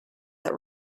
that